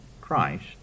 Christ